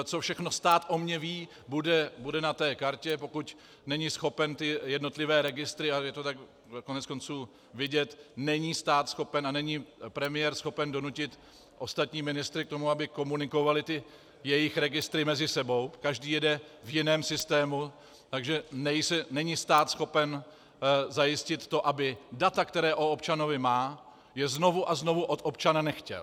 Co všechno stát o mně ví, bude na té kartě, pokud není schopen ty jednotlivé registry a je to tak koneckonců vidět není stát schopen a není premiér schopen donutit ostatní ministry k tomu, aby komunikovali ty jejich registry mezi sebou, každý jede v jiném systému, takže není stát schopen zajistit to, aby data, která o občanovi má, znovu a znovu od občana nechtěl.